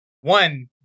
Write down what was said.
one